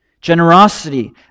generosity